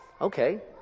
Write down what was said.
Okay